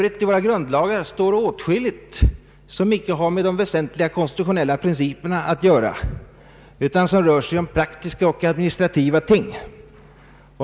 I våra grundlagar står för övrigt åtskilligt som icke har med de väsentliga konstitutionella principerna att göra utan som rör sig om praktiska och administrativa ting.